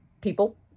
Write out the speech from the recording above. people